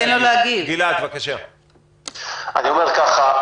אומר ככה: